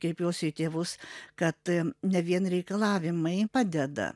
kreipiuosi į tėvus kad ne vien reikalavimai padeda